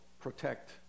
protect